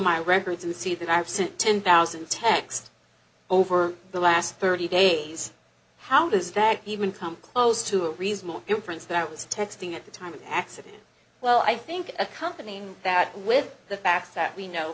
my records and see that i've sent ten thousand text over the last thirty days how does that even come close to a reasonable inference that was texting at the time of the accident well i think accompanying that with the fact that we know